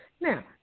Now